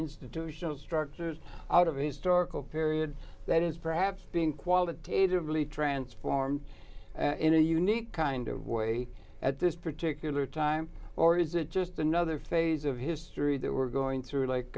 institutional structures out of historical periods that is perhaps being qualitatively transformed in a unique kind of way at this particular time or is it just another phase of history that we're going through